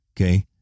okay